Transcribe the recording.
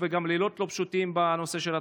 וגם לילות לא פשוטים בנושא של התקציב,